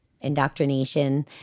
indoctrination